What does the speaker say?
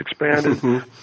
expanded